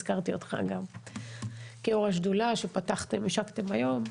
הזכרתי אותך גם כיו"ר השדולה שהשקתם היום,